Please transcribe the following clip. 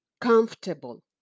comfortable